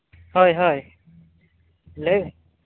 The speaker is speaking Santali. ᱦᱳᱭ ᱦᱳᱭ ᱞᱟᱹᱭ ᱢᱮ